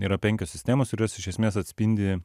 yra penkios sistemos ir jos iš esmės atspindi